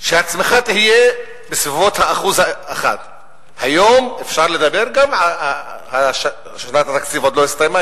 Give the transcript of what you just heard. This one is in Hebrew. שהצמיחה תהיה בסביבות 1%. היום אפשר לדבר שנת התקציב עוד לא הסתיימה,